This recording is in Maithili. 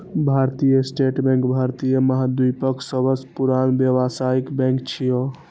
भारतीय स्टेट बैंक भारतीय महाद्वीपक सबसं पुरान व्यावसायिक बैंक छियै